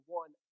one